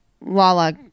Lala